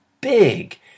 big